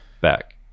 back